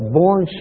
born